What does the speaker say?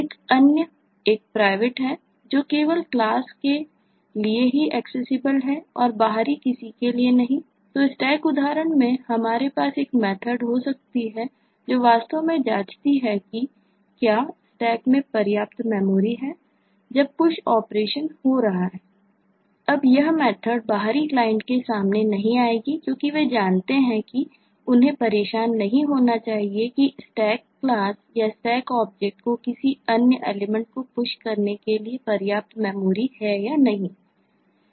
एक अन्य एक प्राइवेट के सामने नहीं आएगी क्योंकि वे जानते हैं उन्हें परेशान नहीं होना चाहिए कि Stack क्लास या Stack ऑब्जेक्ट को किसी अन्य एलिमेंट को Push करने के लिए पर्याप्त मेमोरी है या नहीं